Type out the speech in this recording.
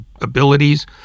abilities